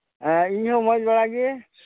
ᱦᱮᱸ ᱤᱧ ᱦᱚᱸ ᱢᱚᱸᱡᱽ ᱵᱟᱲᱟ ᱜᱮ